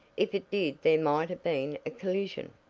if it did there might have been a collision.